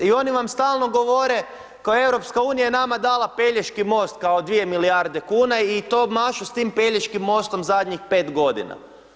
I oni vam stalno govore kao EU je nama dala Pelješki most kao 2 milijarde kuna i to mašu s tim Pelješkim mostom zadnjih 5 godina.